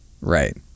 Right